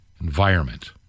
environment